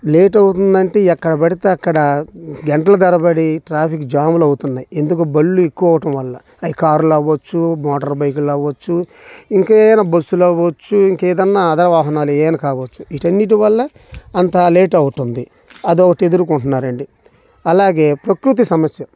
late అవుతుంది అంటే ఎక్కడపడితే అక్కడా గంటల తరబడి ట్రాఫిక్ జాములు అవుతున్నాయి ఎందుకు బళ్ళు ఎక్కువ అవ్వటం వల్ల అయి కారులు అవ్వచ్చు మోటర్ బైకులు అవ్వచ్చు ఇంకేయన్నా బస్సులు అవ్వచ్చు ఇంకా ఏదైనా అదర్ వాహనాలు ఏదైనా కావ్వొచ్చు వీటన్నిటి వల్ల అంత లేట్ అవుతుంది అదొకటి ఎదుర్కొంటున్నారండి అలాగే ప్రకృతి సమస్య